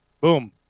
Boom